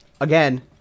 again